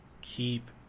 Keep